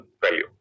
value